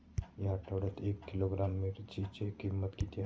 या आठवड्यात एक किलोग्रॅम मिरचीची किंमत किती आहे?